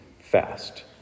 fast